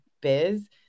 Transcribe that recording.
biz